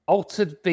Altered